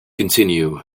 continue